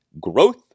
Growth